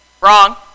Wrong